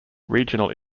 regional